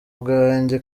bwanjye